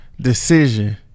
decision